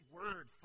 word